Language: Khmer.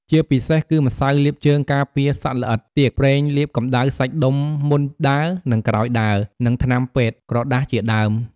ជាពិសេសគឺម្ស៉ៅលាបជើងការពារសត្វល្អិតទៀក ប្រេងលាបកំដៅសាច់ដុំមុនដើរ និងក្រោយដើរ និងថ្នាំពេទ្យ ក្រដាសជាដើម។